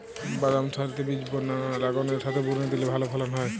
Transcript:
বাদাম সারিতে বীজ বোনা না লাঙ্গলের সাথে বুনে দিলে ভালো ফলন হয়?